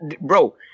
bro